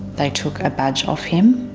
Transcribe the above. they took a badge off him.